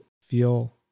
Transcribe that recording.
feel